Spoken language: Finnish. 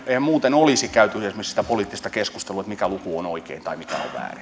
muuten olisi käyty esimerkiksi sitä poliittista keskustelua mikä luku on oikein tai mikä on väärin mutta